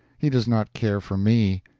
he does not care for me,